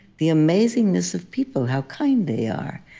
the amazingness of people, how kind they are,